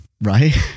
right